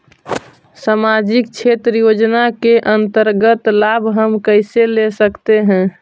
समाजिक क्षेत्र योजना के अंतर्गत लाभ हम कैसे ले सकतें हैं?